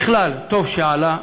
בכלל, טוב שזה עלה.